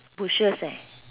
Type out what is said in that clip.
bushes eh